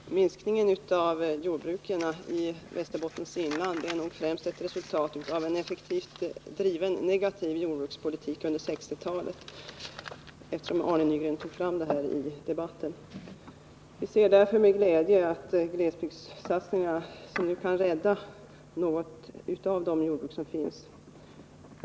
Herr talman! Minskningarna av antalet jordbruk i Västerbottens inland är nog främst ett resultat av en effektivt bedriven negativ jordbrukspolitik under 1960-talet. Jag vill säga detta, eftersom Arne Nygren tog upp frågan. Vi ser därför med glädje att glesbygdssatsningarna kan rädda några av de jordbruk som finns kvar.